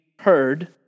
heard